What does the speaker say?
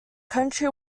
country